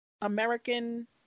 American